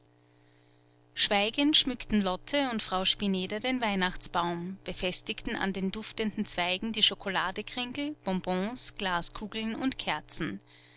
schweigend schmückten lotte und frau spineder den weihnachtsbaum befestigten an den duftenden zweigen die schokoladekringel bonbons glaskugeln und kerzen